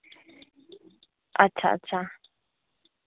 अच्छा अच्छा